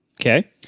Okay